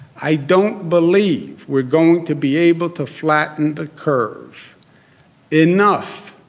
i don't believe we're going to be able to flatten the curve enough